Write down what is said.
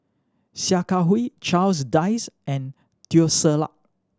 Sia Kah Hui Charles Dyce and Teo Ser Luck